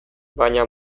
baina